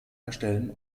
erstellen